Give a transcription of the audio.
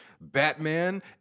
Batman